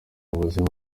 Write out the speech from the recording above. impamvu